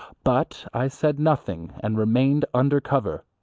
but i said nothing and remained under cover,